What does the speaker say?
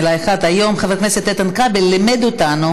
מילה אחת: היום חבר הכנסת איתן כבל לימד אותנו